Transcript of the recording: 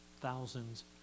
thousands